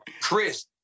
Chris